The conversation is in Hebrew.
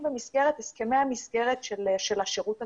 במסגרת הסכמי המסגרת של השירות הציבורי.